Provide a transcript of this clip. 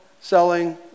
selling